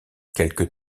quelque